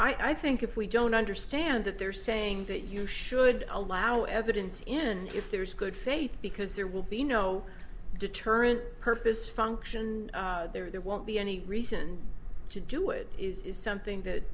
we i think if we don't understand that they're saying that you should allow evidence in and if there is good faith because there will be no deterrent purpose function there won't be any reason to do it is something that